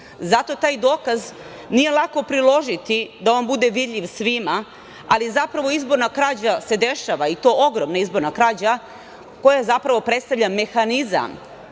Zato taj dokaz nije lako priložiti da on bude vidljiv svima, ali zapravo izborna krađa se dešava, i to ogromna izborna krađa koja zapravo predstavlja mehanizam.